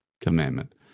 commandment